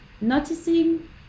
noticing